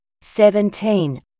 seventeen